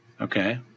Okay